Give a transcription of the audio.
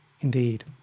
Indeed